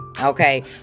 Okay